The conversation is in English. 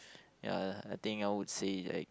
ya I think I would say like